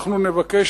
אנחנו נבקש